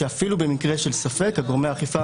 שאפילו במקרה של ספק גורמי האכיפה